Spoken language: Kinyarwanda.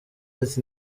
ati